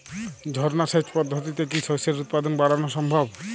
ঝর্না সেচ পদ্ধতিতে কি শস্যের উৎপাদন বাড়ানো সম্ভব?